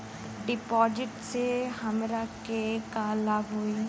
डिपाजिटसे हमरा के का लाभ होई?